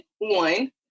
one